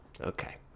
Okay